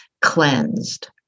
cleansed